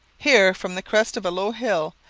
here, from the crest of a low hill,